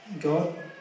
God